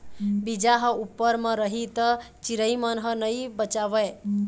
बीजा ह उप्पर म रही त चिरई मन ह नइ बचावय